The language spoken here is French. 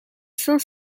cinq